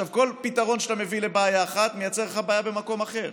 וכל פתרון שאתה מביא לבעיה אחת מייצר לך בעיה במקום אחר.